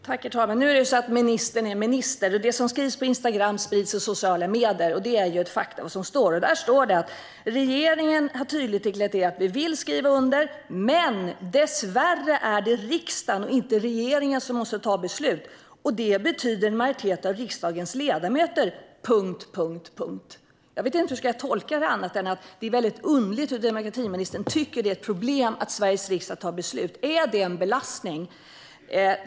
Herr talman! Nu är det så att ministern är minister. Det som skrivs på Instagram sprids på sociala medier. Det är ett faktum att det står: Regeringen har tydligt deklarerat att vi vill skriva under, men dessvärre är det riksdagen och inte regeringen som måste ta beslut, och det betyder en majoritet av riksdagens ledamöter . Jag vet inte hur jag ska tolka det annat än att det är underligt att demokratiministern tycker att det är ett problem att Sveriges riksdag tar beslut. Är det en belastning?